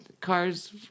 cars